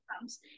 comes